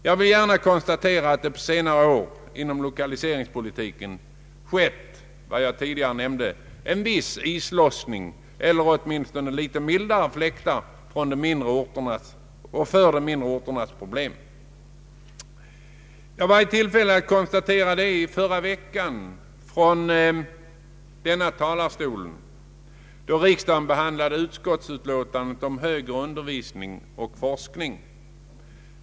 Jag vill gärna konstatera att det under senare år inom lokaliseringspolitiken har skett, som jag tidigare nämnde, en viss islossning eller åtminstone blåst litet mildare fläktar när det gäller de mindre orternas problem. Jag var i tillfälle att konstatera detta i förra veckan från denna talarstol då riksdagen behandlade utskottsutlåtandet om högre undervisning och forskning.